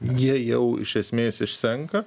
jie jau iš esmės išsenka